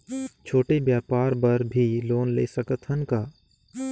छोटे व्यापार बर भी लोन ले सकत हन का?